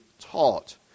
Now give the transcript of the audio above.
taught